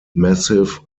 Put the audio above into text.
massive